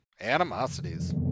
animosities